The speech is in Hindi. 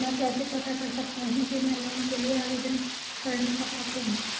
मैं कैसे पता कर सकता हूँ कि मैं लोन के लिए आवेदन करने का पात्र हूँ?